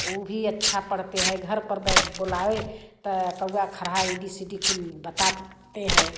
वे भी अच्छा पढ़ते हैं घर पर बुलाए तो कौआ खरहा ईडी सिडी कुल बताते हैं